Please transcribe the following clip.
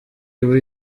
iba